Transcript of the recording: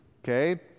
Okay